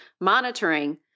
monitoring